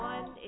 One